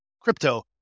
crypto